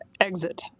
exit